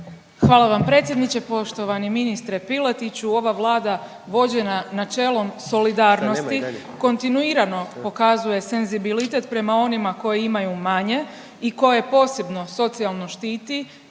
Hvala vam predsjedniče. Poštovani ministre Piletiću, ova Vlada vođena načelom solidarnosti kontinuirano pokazuje senzibilitet prema onima koji imaju manje i koje posebno socijalno štiti